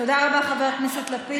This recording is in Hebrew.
תודה רבה, חבר הכנסת לפיד.